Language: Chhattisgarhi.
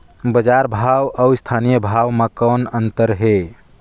बजार भाव अउ स्थानीय भाव म कौन अन्तर हे?